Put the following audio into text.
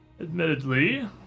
Admittedly